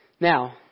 Now